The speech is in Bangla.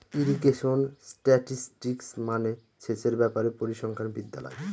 ইরিগেশন স্ট্যাটিসটিক্স মানে সেচের ব্যাপারে পরিসংখ্যান বিদ্যা লাগে